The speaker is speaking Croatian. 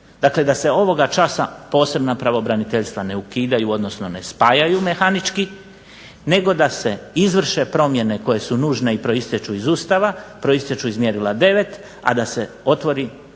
Dakle, da se ovoga časa posebna pravobraniteljstva ne ukidaju odnosno ne spajaju mehanički, nego da se izvrše promjene koje su nužne i proistječu iz Ustava, proistječu iz mjerila 9, a da se otvori solidna,